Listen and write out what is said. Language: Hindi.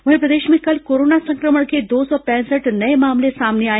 वहीं प्रदेश में कल कोरोना संक्रमण के दो सौ पैंसठ नये मामले सामने आए